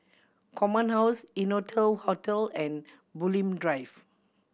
Command House Innotel Hotel and Bulim Drive